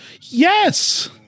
Yes